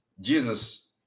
Jesus